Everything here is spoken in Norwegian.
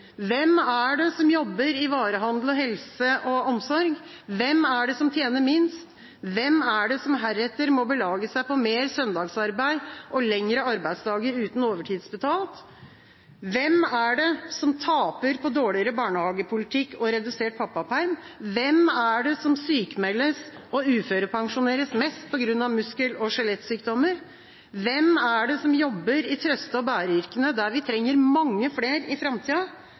Hvem er det som jobber i varehandel, og med helse og omsorg? Hvem er det som tjener minst? Hvem er det som heretter må belage seg på mer søndagsarbeid og lengre arbeidsdager uten overtidsbetalt? Hvem er det som taper på dårligere barnehagepolitikk og redusert pappaperm? Hvem er det som sykmeldes og uførepensjoneres mest på grunn av muskel- og skjelettsykdommer? Hvem er det som jobber i trøste- og bære-yrkene der vi trenger mange flere i framtida?